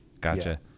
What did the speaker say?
Gotcha